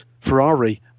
Ferrari